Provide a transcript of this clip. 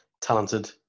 talented